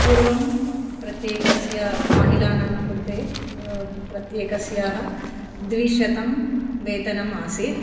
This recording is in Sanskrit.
पूर्वं प्रत्येकस्य महिलानां कृते प्रत्येकस्यः द्विशतं वेतनम् आसीत्